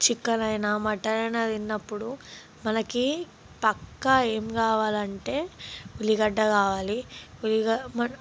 chicken అయినా mutton అయినా తిన్నపుడు మనకి పక్కా ఏం కావాలి అంటే ఉల్లిగడ్డ కావాలి ఉల్లిగడ్డ మనం